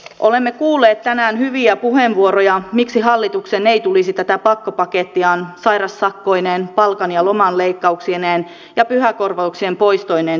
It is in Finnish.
olemme kuulleet tänään hyviä puheenvuoroja miksi hallituksen ei tulisi tätä pakkopakettiaan sairaussakkoineen palkan ja lomanleikkauksineen ja pyhäkorvauksien poistoineen toteuttaa